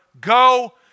go